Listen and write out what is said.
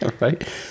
Right